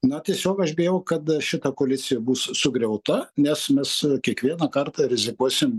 na tiesiog aš bijau kad šita koalicija bus sugriauta nes mes kiekvieną kartą rizikuosim